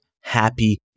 happy